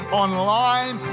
online